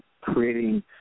creating